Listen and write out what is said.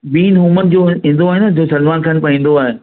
being human जो ईंदो आहे न जो सलमान खान पाईंदो आहे